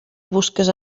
busques